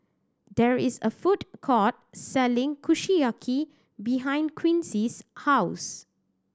there is a food court selling Kushiyaki behind Quincy's house